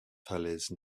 falaise